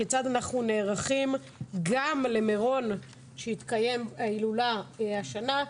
כיצד אנחנו נערכים גם להילולה במירון שתתקיים השנה,